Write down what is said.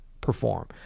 perform